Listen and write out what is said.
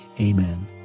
Amen